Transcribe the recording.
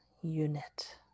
unit